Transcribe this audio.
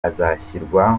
azashyirwa